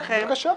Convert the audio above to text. בבקשה.